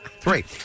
Three